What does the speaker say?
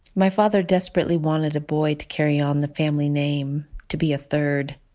my father desperately wanted a boy to carry on the family name to be a third.